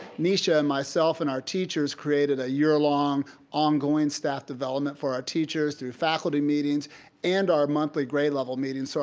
netia and myself and our teachers created a year-long ongoing staff development for our teachers through faculty meetings and our monthly grade level meetings, so